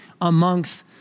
amongst